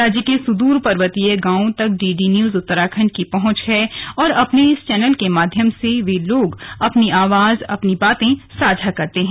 राज्य के सुदूर पर्वतीय गांवों तक डीडी न्यूज उत्तराखंड की पहुंच है और अपने इस चैनल के माध्यम से वे लोग अपनी आवाज अपनी बातें साझा करते हैं